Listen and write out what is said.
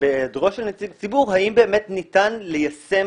בהיעדרו של נציג ציבור האם באמת ניתן ליישם